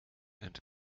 and